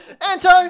Anto